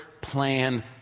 plan